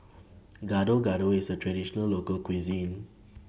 Gado Gado IS A Traditional Local Cuisine